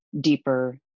deeper